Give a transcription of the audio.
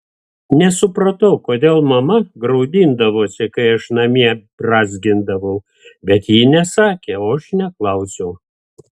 nesupratau kodėl mama graudindavosi kai aš namie brązgindavau bet ji nesakė o aš neklausiau